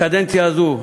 בקדנציה הזו,